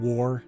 War